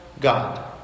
God